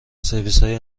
سرویسهای